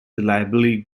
reliably